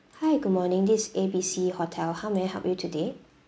hi good morning this is A B C hotel how may I help you today